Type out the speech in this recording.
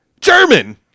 German